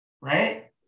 right